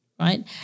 Right